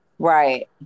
Right